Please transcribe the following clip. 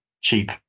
cheap